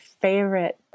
favorite